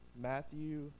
Matthew